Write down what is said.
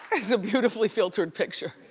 it's a beautifully filtered picture.